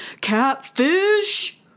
Catfish